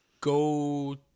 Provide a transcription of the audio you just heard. Go